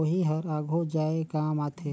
ओही हर आघु जाए काम आथे